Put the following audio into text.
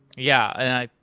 yeah,